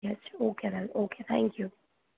yes okay ma'am okay thank you